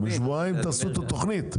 בשבועיים תעשו את התוכנית.